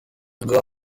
ago